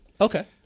Okay